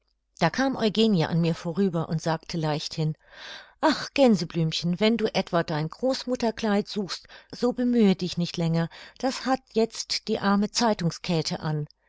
da kam eugenie an mir vorüber und sagte leichthin ach gänseblümchen wenn du etwa dein großmutterkleid suchst so bemühe dich nicht länger das hat jetzt die arme zeitungskäthe an